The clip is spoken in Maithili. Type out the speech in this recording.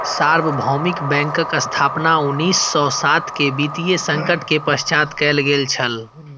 सार्वभौमिक बैंकक स्थापना उन्नीस सौ सात के वित्तीय संकट के पश्चात कयल गेल छल